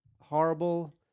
horrible